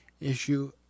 issue